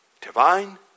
divine